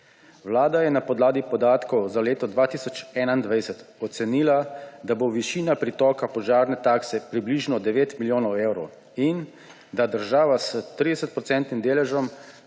Vlada je na podlagi podatkov za leto 2021 ocenila, da bo višina pritoka požarne takse približno 9 milijonov evrov in da država s 30-procentnim